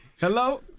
Hello